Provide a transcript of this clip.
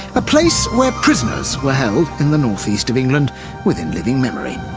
a place where prisoners were held in the northeast of england within living memory.